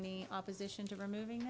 any opposition to removing